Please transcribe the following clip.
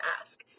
ask